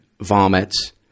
vomits